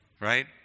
right